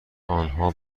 آنها